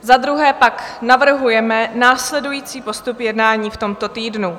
Za druhé pak navrhujeme následující postup jednání v tomto týdnu: